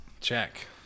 Check